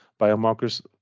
biomarkers